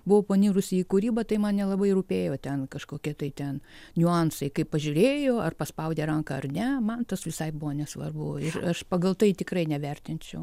buvau panirusi į kūrybą tai man nelabai rūpėjo ten kažkokie tai ten niuansai kaip pažiūrėjo ar paspaudė ranką ar ne man tas visai buvo nesvarbu ir aš pagal tai tikrai nevertinčiau